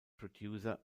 producer